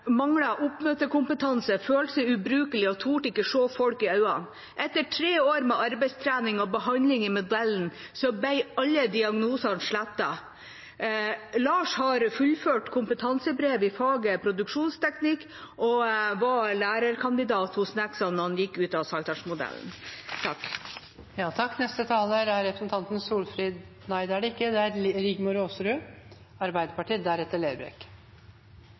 folk i øynene. Etter tre år med arbeidstrening og behandling i modellen ble alle diagnosene slettet. Lars har fullført kompetansebrev i faget produksjonsteknikk og var lærekandidat hos Nexans da han gikk ut av